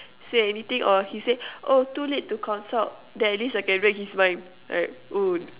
say anything or he says oh too late to consult then at least I can read his mind right oh